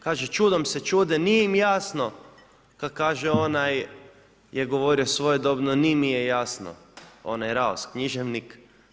Kažu čudom se čude, nije im jasno kad kaže onaj je govorio svojedobno, ni me je jasno, onaj Raos književnik.